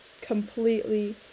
completely